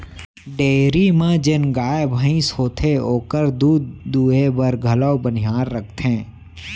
dairy म जेन गाय भईंस होथे ओकर दूद दुहे बर घलौ बनिहार रखथें